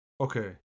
Okay